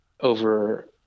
over